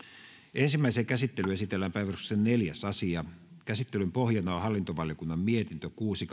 ensimmäiseen käsittelyyn esitellään päiväjärjestyksen neljäs asia käsittelyn pohjana on hallintovaliokunnan mietintö kuusi